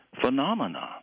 phenomena